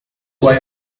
why